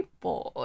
bored